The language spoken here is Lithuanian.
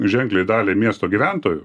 ženkliai daliai miesto gyventojų